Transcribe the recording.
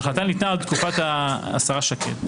ההחלטה ניתנה בתקופת השרה שקד.